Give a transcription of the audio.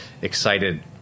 excited